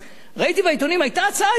ראיתי בעיתונים, היתה הצעה הגיונית.